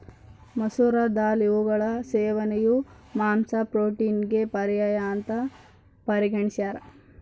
ಮಸೂರ ದಾಲ್ ಇವುಗಳ ಸೇವನೆಯು ಮಾಂಸ ಪ್ರೋಟೀನಿಗೆ ಪರ್ಯಾಯ ಅಂತ ಪರಿಗಣಿಸ್ಯಾರ